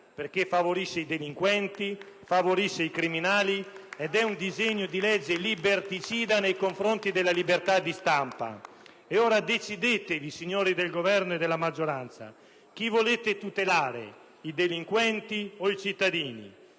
perché favorisce i delinquenti, i criminali *(Applausi dal Gruppo PD)* ed è un disegno di legge liberticida nei confronti della libertà di stampa. E ora decidetevi, signori del Governo e della maggioranza: chi volete tutelare? I delinquenti o i cittadini?